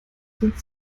sind